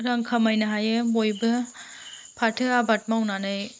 रां खामायनो हायो बयबो फाथो आबाद मावनानै